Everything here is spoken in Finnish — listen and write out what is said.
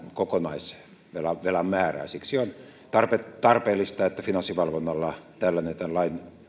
kokonaisvelan määrää siksi on tarpeellista että finanssivalvonnalla on tällainen tämän lain